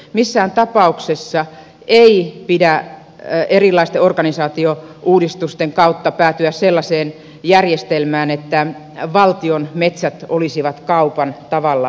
missään tapauksessa ei pidä erilaisten organisaatiouudistusten kautta päätyä sellaiseen järjestelmään että valtion metsät olisivat kaupan tavalla tai toisella